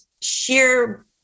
sheer